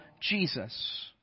Jesus